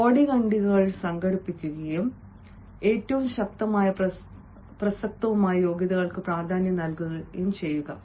body ഖണ്ഡികകൾ സംഘടിപ്പിക്കുകയും ഏറ്റവും ശക്തവും പ്രസക്തവുമായ യോഗ്യതകൾക്ക് പ്രാധാന്യം നൽകുകയും ചെയ്യുക